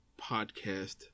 podcast